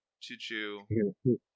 Choo-choo